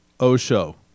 Osho